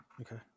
Okay